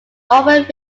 offered